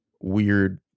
weird